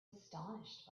astonished